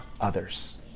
others